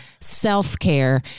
self-care